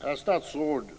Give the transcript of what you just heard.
Herr statsråd!